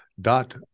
dot